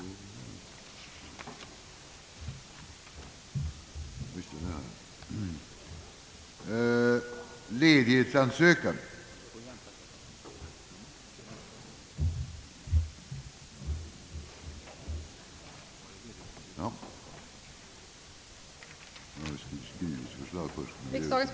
Härmed får jag anhålla om ledighet från riksdagsarbetet den 16—den 23 april 1968 för deltagande i Interparlamentariska unionens rådsmöte i Dakar.